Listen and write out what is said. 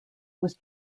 was